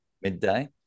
Midday